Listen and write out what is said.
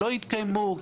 לא יתקיימו,